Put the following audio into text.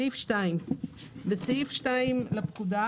תיקון סעיף 2 2. בסעיף 2 לפקודה,